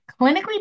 clinically